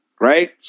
right